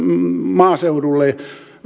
maaseudulle